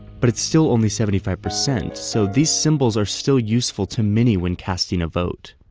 but it's still only seventy five percent, so these symbols are still useful to many when casting a vote.